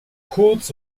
kurz